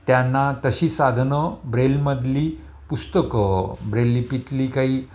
त्यांना तशी साधनं ब्रेलमधली पुस्तकं ब्रेल लिपीतली काही